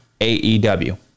AEW